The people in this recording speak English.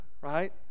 right